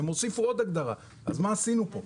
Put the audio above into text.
הם הוסיפו עוד הגדרה ואז מה עשינו כאן?